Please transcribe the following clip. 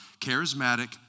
Charismatic